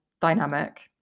dynamic